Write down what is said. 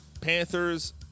Panthers